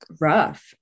rough